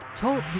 Talk